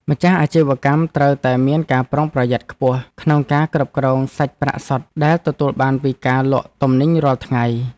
ម្ចាស់អាជីវកម្មត្រូវតែមានការប្រុងប្រយ័ត្នខ្ពស់ក្នុងការគ្រប់គ្រងសាច់ប្រាក់សុទ្ធដែលទទួលបានពីការលក់ទំនិញរាល់ថ្ងៃ។